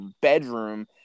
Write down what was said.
bedroom